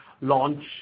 launch